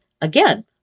Again